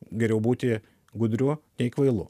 geriau būti gudriu nei kvailu